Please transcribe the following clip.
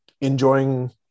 enjoying